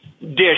Dish